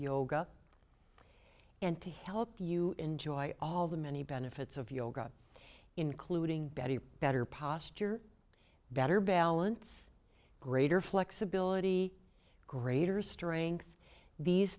yoga and to help you enjoy all the many benefits of yoga including betty better posture better balance greater flexibility greater strength these